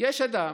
יש אדם